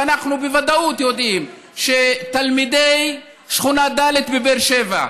אנחנו בוודאות יודעים שתלמידי שכונה ד' בבאר שבע,